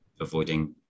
avoiding